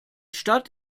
stadt